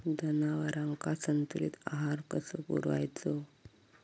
जनावरांका संतुलित आहार कसो पुरवायचो?